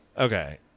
okay